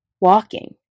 Walking